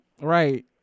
Right